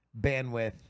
bandwidth